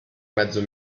mezzo